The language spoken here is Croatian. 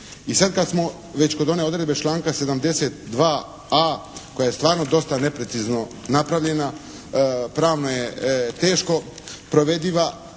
I sad kad smo već kod one odredbe članka 72a. koja je stvarno dosta neprecizno napravljena, pravno je teško provediva,